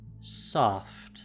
Soft